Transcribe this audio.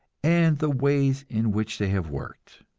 and the ways in which they have worked.